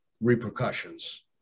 repercussions